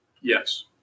Yes